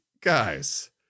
guys